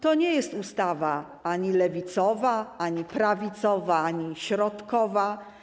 To nie jest ustawa ani lewicowa, ani prawicowa, ani środkowa.